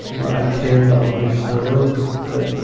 where i came to understand that,